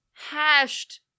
Hashed